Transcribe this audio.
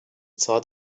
thought